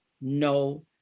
no